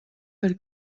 per